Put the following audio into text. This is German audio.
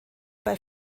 bei